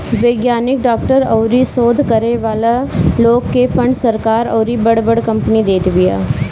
वैज्ञानिक, डॉक्टर अउरी शोध करे वाला लोग के फंड सरकार अउरी बड़ बड़ कंपनी देत बिया